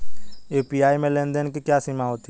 UPI में लेन देन की क्या सीमा होती है?